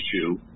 issue